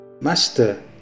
Master